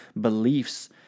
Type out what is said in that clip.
beliefs